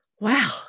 Wow